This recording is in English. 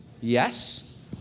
Yes